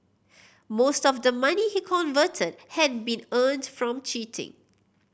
most of the money he converted had been earned from cheating